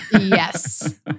Yes